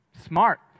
Smart